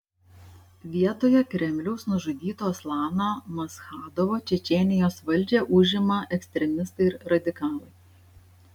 vietoje kremliaus nužudyto aslano maschadovo čečėnijos valdžią užima ekstremistai ir radikalai